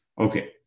Okay